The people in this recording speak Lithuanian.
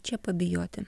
čia pabijoti